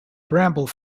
bramble